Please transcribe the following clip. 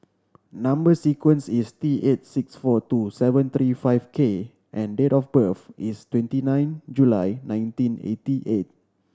number sequence is T eight six four two seven five three K and date of birth is twenty nine July nineteen eighty eight